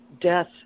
death